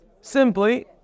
simply